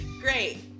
Great